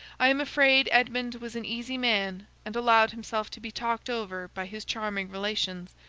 i am afraid edmund was an easy man, and allowed himself to be talked over by his charming relations,